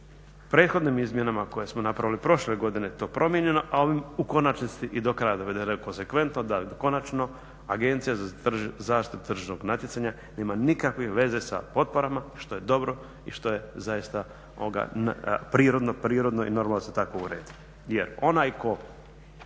prethodnim izmjenama koje smo napravili prošle godine to promijenjeno, a ovim u konačnici i do kraja … konsekventno da konačno AZTN nema nikakve veze sa potporama što je dobro i što je zaista prirodno i normalno da se tako uredi.